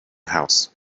house